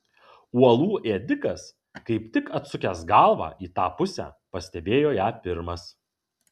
uolų ėdikas kaip tik atsukęs galvą į tą pusę pastebėjo ją pirmas